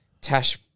Tash